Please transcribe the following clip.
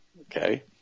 Okay